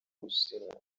bushinwa